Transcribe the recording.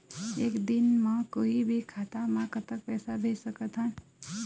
एक दिन म कोई भी खाता मा कतक पैसा भेज सकत हन?